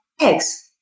eggs